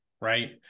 right